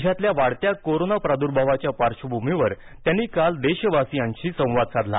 देशातल्या वाढत्या कोरोना प्रादूर्भावाच्या पार्श्वभूमीवर त्यांनी काल देशावासियांशी संवाद साधला